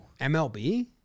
MLB